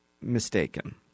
mistaken